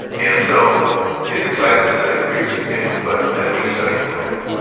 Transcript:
and so it's exciting to study the greeks to begin with, but then we studied plato,